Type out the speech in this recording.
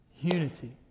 unity